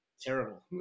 terrible